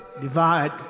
Divide